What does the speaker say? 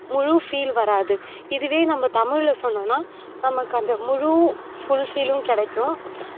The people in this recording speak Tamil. முழு ஃபீல் வராது இதுவே நம்ம தமிழில் சொன்னோன்னால் நமக்கு அந்த முழு ஃபுல்ஃபீலும் கிடைக்கும்